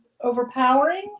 overpowering